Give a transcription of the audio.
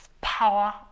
power